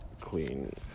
clean